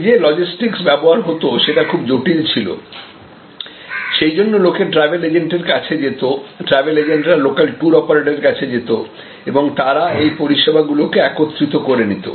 আগে যে লজিস্টিক ব্যবহার হতো সেটা খুব জটিল ছিল সেই জন্য লোকে ট্রাভেল এজেন্ট এর কাছে যেত ট্রাভেল এজেন্টরা লোকাল ট্যুর অপারেটরদের কাছে যেত এবং তারা এই পরিষেবা গুলিকে একত্রিত করে নিত